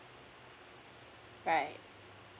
right